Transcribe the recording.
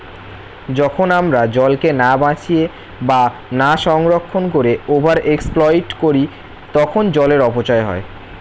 যখন আমরা জলকে না বাঁচিয়ে বা না সংরক্ষণ করে ওভার এক্সপ্লইট করি তখন জলের অপচয় হয়